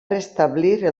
restablir